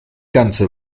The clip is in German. ganze